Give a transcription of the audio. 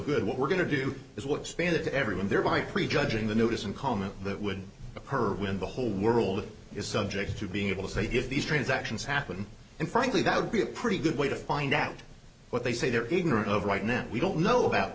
good what we're going to do is what expanded to everyone thereby prejudging the notice and comment that would occur when the whole world is subject to being able to say give these transactions happen and frankly that would be a pretty good way to find out what they say they're ignorant of right now we don't know about